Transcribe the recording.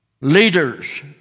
Leaders